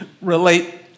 relate